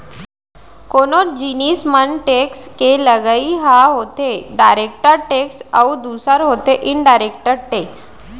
कोनो जिनिस म टेक्स के लगई ह होथे डायरेक्ट टेक्स अउ दूसर होथे इनडायरेक्ट टेक्स